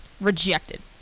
rejected